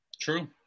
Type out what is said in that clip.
True